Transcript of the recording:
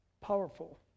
Powerful